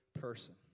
person